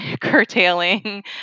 curtailing